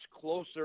closer